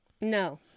no